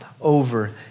over